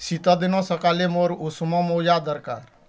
ଶୀତଦିନ ସକାଲେ ମୋର ଉଷୁମ ମୋଜା ଦରକାର